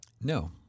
No